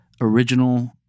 original